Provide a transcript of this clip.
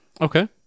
Okay